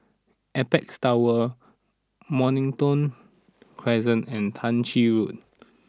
Apex Tower Mornington Crescent and Tah Ching